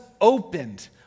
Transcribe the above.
opened